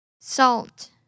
salt